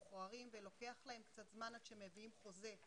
למשוחררים, זה לוקח להם קצת זמן עד שמביאים חוזה.